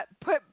Put